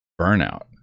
burnout